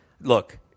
look –